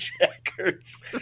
checkers